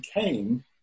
came